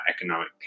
economic